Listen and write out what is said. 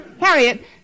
Harriet